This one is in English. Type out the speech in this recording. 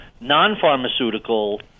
non-pharmaceutical